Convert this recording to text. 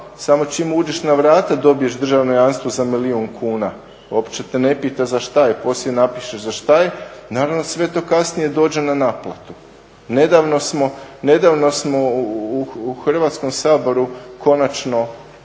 samo čim uđeš na vrata dobiješ državno jamstvo za milijun kuna. uopće te ne pita za šta je, tko si i napišeš za šta je, naravno sve to kasnije dođe na naplatu. Nedavno smo u Hrvatskom saboru konačno